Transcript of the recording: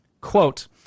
Quote